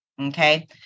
okay